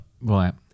Right